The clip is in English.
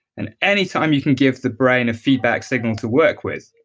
and anytime you can give the brain a feedback signal to work with,